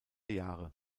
jahre